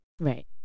Right